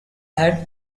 had